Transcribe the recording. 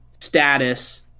status